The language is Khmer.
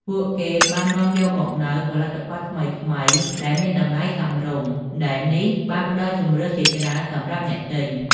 ពួកគេបាននាំយកមកនូវផលិតផលថ្មីៗដែលមានតម្លៃសមរម្យ ដែលនេះបានផ្តល់ជម្រើសជាច្រើនសម្រាប់អ្នកទិញ។